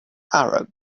arab